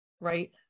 right